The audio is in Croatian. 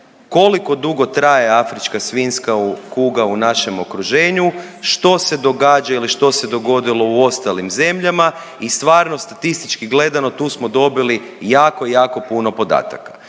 koliko dugo traje afrička svinjska kuga u našem okruženju. Što se događa i što se dogodilo u ostalim zemljama i stvarno statistički gledano tu smo dobili jako, jako puno podataka.